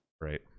Right